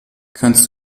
kannst